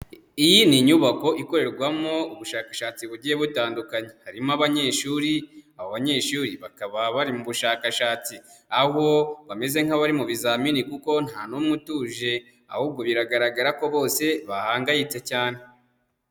Iyi ni inyubako ikorerwamo ubushakashatsi bugiye butandukanye, harimo abanyeshuri, abo banyeshuri bakaba bari mu bushakashatsi, aho bameze nk'abari mu bizamini kuko nta n'umwe utuje, ahubwo biragaragara ko bose bahangayitse cyane.